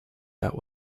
that